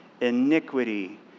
iniquity